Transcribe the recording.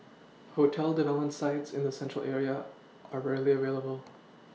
hotel development sites in the central area are rarely available